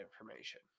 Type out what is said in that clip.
information